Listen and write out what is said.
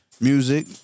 Music